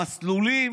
המסלולים